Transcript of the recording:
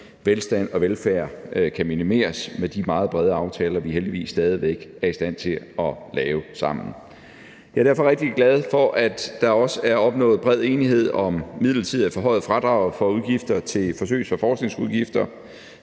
velstand og velfærd kan minimeres med de meget brede aftaler, vi heldigvis stadig væk er i stand til at lave sammen. Jeg er derfor rigtig glad for, at der også er opnået bred enighed om midlertidigt at forhøje fradraget for udgifter til forsøgs- og forskningsvirksomhed